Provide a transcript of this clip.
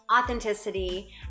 authenticity